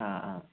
ആ ആ